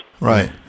Right